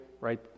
Right